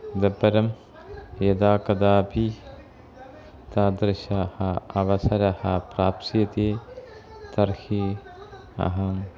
इतः परं यदा कदापि तादृशः अवसरः प्राप्स्यते तर्हि अहम्